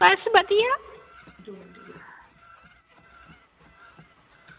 बस बधिया